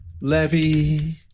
Levy